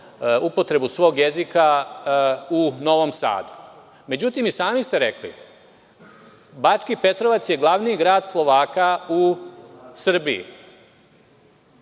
upotrebu svog jezika u Novom Sadu. Međutim, i sami ste rekli. Bački Petrovac je glavni grad Slovaka u Srbiji.